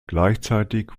gleichzeitig